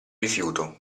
rifiuto